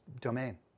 domain